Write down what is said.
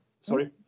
Sorry